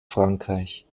frankreich